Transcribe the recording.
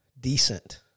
decent